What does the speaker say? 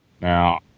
Now